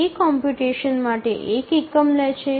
A computation માટે એક એકમ લે છે